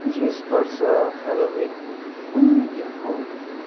यस वर्ष हेलोविन कुन दिन हो